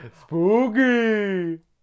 Spooky